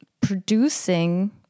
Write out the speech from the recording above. producing